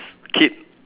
kid